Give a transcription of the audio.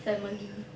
family